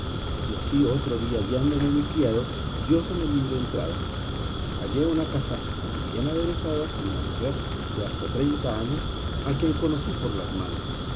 y así otro día guiándome mi criado dióseme libre entrada hallé una casa muy bien aderezada y una mujer de hasta treinta años a quien conocí por las manos